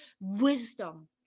wisdom